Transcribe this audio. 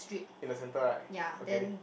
in the centre right okay